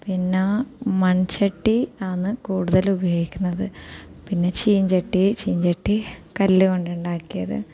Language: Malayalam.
പിന്നെ മൺചട്ടി ആണ് കൂടുതലും ഉപയോഗിക്കുന്നത് പിന്നെ ചീൻചട്ടി ചീൻചട്ടി കല്ലുകൊണ്ട് ഉണ്ടാക്കിയത്